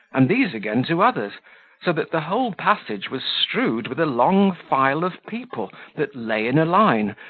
and these again to others so that the whole passage was strewed with a long file of people, that lay in a line,